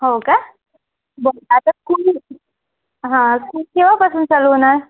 हो का बरं आता स्कूल हां स्कूल केव्हपासून चालू होणार